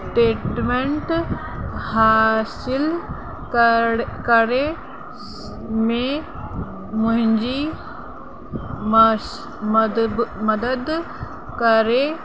statement हासिल कड़ करे स में मुहिंजी मस मदब मदद करे